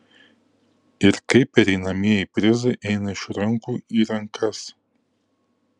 ir kaip pereinamieji prizai eina iš rankų į rankas